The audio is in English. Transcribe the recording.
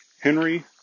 Henry